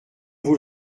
vous